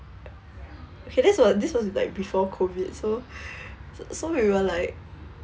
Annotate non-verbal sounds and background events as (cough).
okay this was this was like before COVID so (breath) so we were like